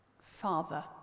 Father